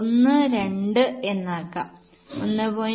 12 എന്നാക്കാം 1